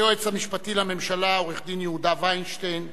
היועץ המשפטי לממשלה עורך-הדין יהודה וינשטיין,